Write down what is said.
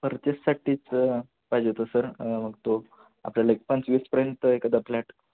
परचेससाठीच पाहिजे होतं सर मग तो आपल्याला एक पंचवीसपर्यंत एखादा फ्लॅट